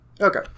Okay